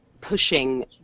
pushing